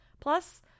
Plus